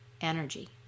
energy